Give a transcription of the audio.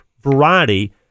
variety